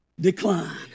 decline